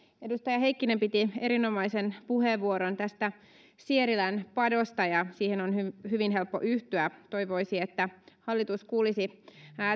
edustaja heikkinen piti erinomaisen puheenvuoron tästä sierilän padosta ja siihen on hyvin helppo yhtyä toivoisi että hallitus kuulisi